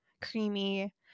creamy